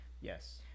Yes